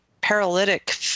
paralytic